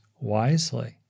wisely